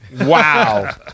Wow